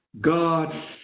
God